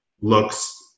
looks